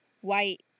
white